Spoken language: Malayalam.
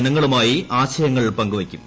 ജനങ്ങളുമായി ആശയങ്ങൾ പങ്കുവയ്ക്കും